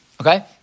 Okay